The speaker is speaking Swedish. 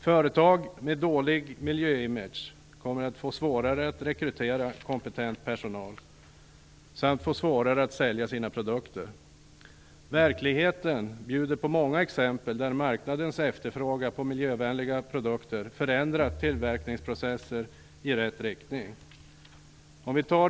Företag med dålig miljöimage kommer att få svårare att rekrytera kompetent personal samt få svårare att sälja sina produkter. Verkligheten bjuder på många exempel där marknadens efterfrågan på miljövänliga produkter förändrat tillverkningsprocesser i rätt riktning.